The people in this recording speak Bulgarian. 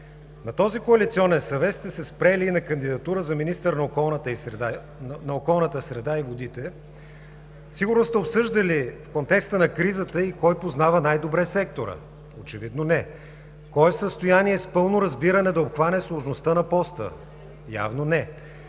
На този Коалиционен съвет сте се спрели на кандидатура за министър на околната среда и водите. Сигурно сте обсъждали в контекста на кризата и кой познава най-добре сектора?! Очевидно не. Кой е в състояние с пълно разбиране да обхване сложността на поста?! Явно не.